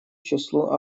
числу